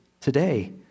today